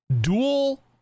dual